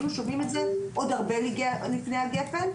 היטב שהיינו שומעים על זה עוד הרבה לפני הגפ"ן,